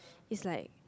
it's like